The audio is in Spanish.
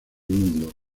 mundo